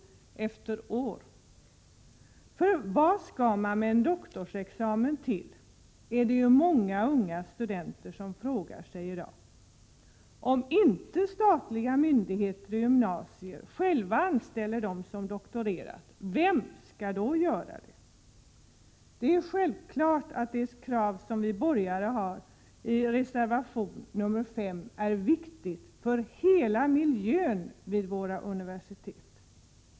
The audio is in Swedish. Det är ju många unga studenter som i dag frågar sig vad man skall ha en doktorsexamen till. Om inte statliga myndigheter och gymnasier anställer dem som har doktorerat, vem skall då göra det? Det krav som vi borgerliga företrädare framför i reservation 5 är självfallet viktigt för hela miljön vid våra universitet.